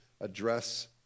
address